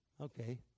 Okay